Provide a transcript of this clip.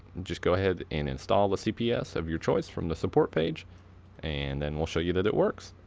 just go ahead and install the cps of your choice from the support page and then we'll show you that it works.